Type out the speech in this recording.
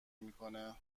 میکنه